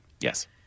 Yes